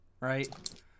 right